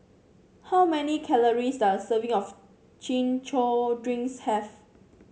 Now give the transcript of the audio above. how many calories does a serving of Chin Chow Drinks have